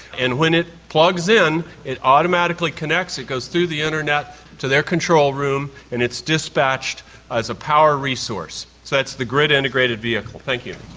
and when it plugs in it automatically connects, it goes through the internet to their control room and it's dispatched as a power resource. so that's the grid integrated vehicle. thank you.